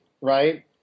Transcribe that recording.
Right